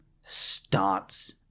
starts